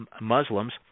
Muslims